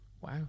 Wow